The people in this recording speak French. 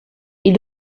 ils